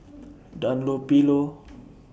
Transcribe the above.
Dunlopillo